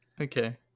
Okay